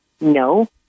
no